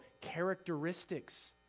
characteristics